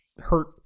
hurt